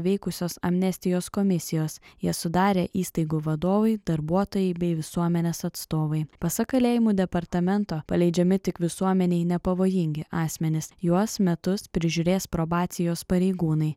veikusios amnestijos komisijos jas sudarė įstaigų vadovai darbuotojai bei visuomenės atstovai pasak kalėjimų departamento paleidžiami tik visuomenei nepavojingi asmenys juos metus prižiūrės probacijos pareigūnai